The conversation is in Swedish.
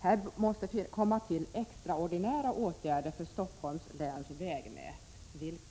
Här måste tillkomma extraordinära åtgärder för Stockholms läns vägnät.— Vilka?